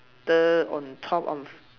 the on top of